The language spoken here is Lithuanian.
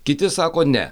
kiti sako ne